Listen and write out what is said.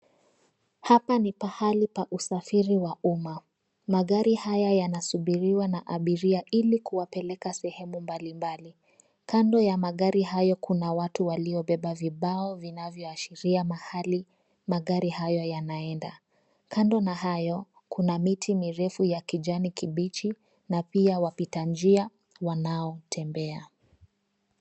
Hapa ni pahali pa usafiri wa umma. Magari haya yanasubiriwa na abiria ili kuwapeleka sehemu mbalimbali. Kando ya magari hayo kuna watu waliobeba vibao vinavyoashiria mahali magari hayo yanaenda. Kando na hayo, kuna miti mirefu ya kijani kibichi na pia wapita njia wanaotembea.